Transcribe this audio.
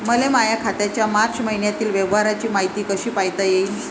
मले माया खात्याच्या मार्च मईन्यातील व्यवहाराची मायती कशी पायता येईन?